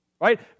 Right